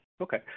Okay